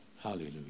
Hallelujah